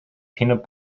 peanut